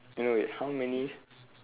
no no wait how many